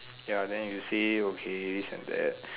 ya then you say okay this and that